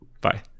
bye